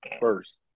First